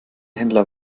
händler